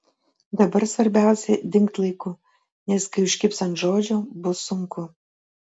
dabar svarbiausia dingt laiku nes kai užkibs ant žodžio bus sunku